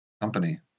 company